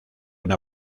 una